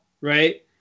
right